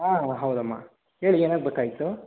ಹಾಂ ಅಮ್ಮ ಹೌದಮ್ಮ ಹೇಳಿ ಏನಾಗಬೇಕಾಗಿತ್ತು